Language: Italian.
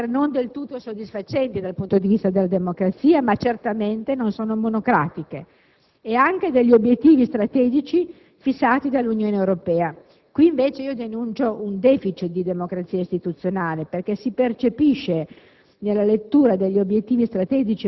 che per Rifondazione Comunista possono anche essere non del tutto soddisfacenti, dal punto di vista della democrazia, ma certamente non sono monocratiche, e anche degli obiettivi strategici fissati dall'Unione Europea (qui invece denuncio un *deficit* di democrazia istituzionale, poiché si percepisce